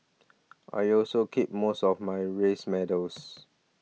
I also keep most of my race medals